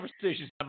conversations